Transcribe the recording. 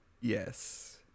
Yes